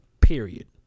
period